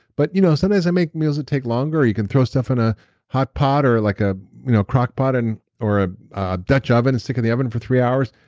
but you know sometimes i make meals that take longer. you can throw stuff in a hot pot or like a you know crockpot, and or ah a dutch oven and stick it in the oven for three hours,